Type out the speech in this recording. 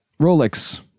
Rolex